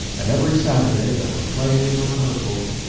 and every saturday there were plays or rehearsals,